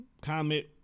comment